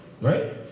Right